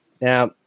Now